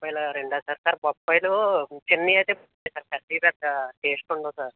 బొప్పాయిలా రెండు sir sir బొప్పాయిలు చిన్నవి అయితే బాగుంటాయి సార్ పెద్దవి పెద్ద టేస్ట్ ఉండవు సార్